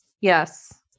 Yes